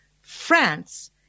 France